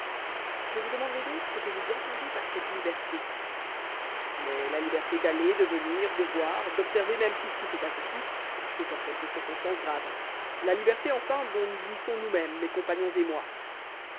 je vous demanderai donc ce que vous entendez par cette liberté mais la liberté d'aller de venir de voir d'observer même tout ce qui se passe ici sauf en quelques circonstances graves la liberté enfin dont nous jouissons nous-mêmes mes compagnons et moi